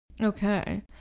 Okay